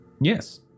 Yes